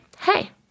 hey